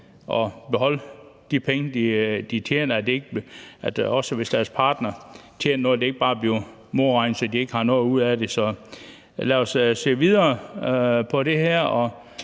at beholde de penge, de tjener – også hvis deres partner tjener noget – så det ikke bare bliver modregnet, så de ikke har